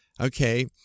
Okay